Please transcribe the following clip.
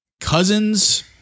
Cousins